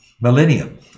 millennium